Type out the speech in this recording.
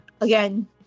again